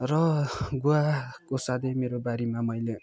र गुवाको साथै मेरो बारीमा मैले